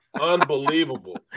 Unbelievable